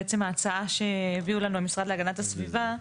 בעצם ההצעה שהביאו לנו המשרד להגנת הסביבה,